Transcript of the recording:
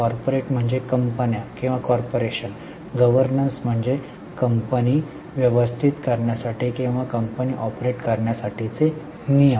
corporate म्हणजे कंपन्या किंवा कॉर्पोरेशन गव्हर्नन्स म्हणजे कंपनी व्यवस्थापित करण्यासाठी किंवा कंपनी ऑपरेट करण्यासाठीचे नियम